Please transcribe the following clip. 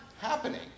happening